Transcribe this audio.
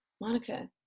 Monica